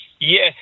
Yes